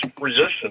resistance